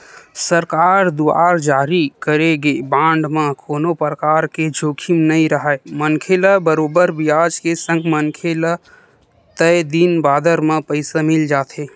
सरकार दुवार जारी करे गे बांड म कोनो परकार के जोखिम नइ राहय मनखे ल बरोबर बियाज के संग मनखे ल तय दिन बादर म पइसा मिल जाथे